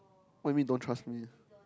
what you mean don't trust me